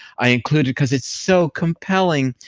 i included, cause it's so compelling,